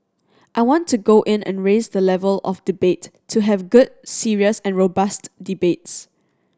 I want to go in and raise the level of debate to have good serious and robust debates